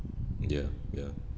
ya ya